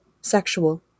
sexual